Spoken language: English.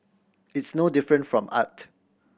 it's no different from art